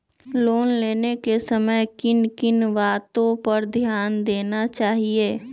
Loan लेने के समय किन किन वातो पर ध्यान देना चाहिए?